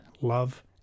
love